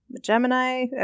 Gemini